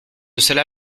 cela